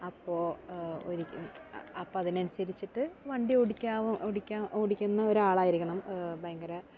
അപ്പോ ഒരു അപ്പം അതിനനുസരിച്ചിട്ട് വണ്ടി ഓടിക്കാവു ഓടിക്കാ ഓടിക്കുന്ന ഒരാളായിരിക്കണം ഭയങ്കര